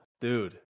dude